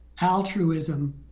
altruism